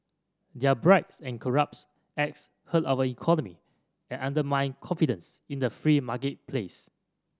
their bribes and corrupts acts hurt our economy and undermine confidence in the free marketplace